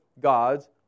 God's